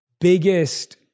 biggest